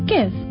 Give